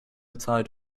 tied